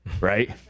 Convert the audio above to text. right